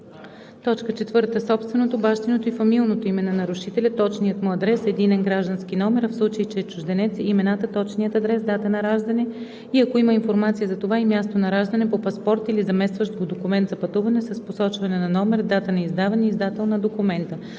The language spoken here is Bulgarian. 4. собственото, бащиното и фамилното име на нарушителя, точния му адрес, единен граждански номер, а в случай че е чужденец – имената, точния адрес, дата на раждане, а ако има информация за това – и място на раждане, по паспорт или заместващ го документ за пътуване с посочване на номер, дата на издаване и издател на документа;